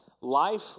life